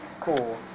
Cool